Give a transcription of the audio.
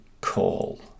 call